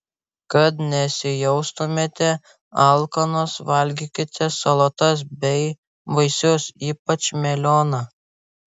kad nesijaustumėte alkanos valgykite salotas bei vaisius ypač melioną